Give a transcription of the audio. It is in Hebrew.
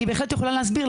אני בהחלט יכולה להסביר,